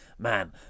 Man